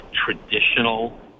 traditional